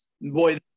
boy